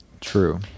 True